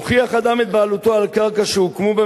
הוכיח אדם את בעלותו על קרקע שהוקמו בה